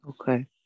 Okay